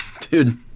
dude